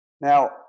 Now